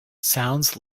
sounds